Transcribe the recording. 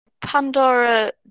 Pandora